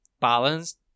balanced